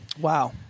wow